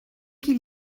qu’il